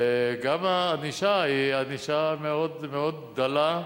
גם הענישה היא ענישה מאוד מאוד דלה,